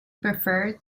preferred